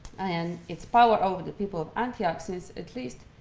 and its power over the people of antioch so has at least